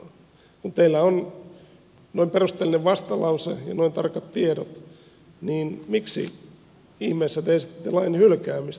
kun teillä on noin perusteellinen vastalause ja noin tarkat tiedot niin miksi ihmeessä te esitätte lain hylkäämistä